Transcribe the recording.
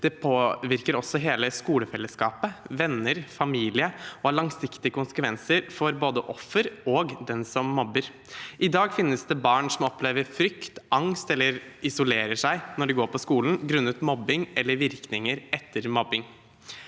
det påvirker også hele skolefellesskapet, venner, familie og har langsiktige konsekvenser for både offer og den som mobber. I dag finnes det barn som opplever frykt, angst eller isolerer seg når de går på skolen, grunnet mobbing eller virkninger etter mobbing.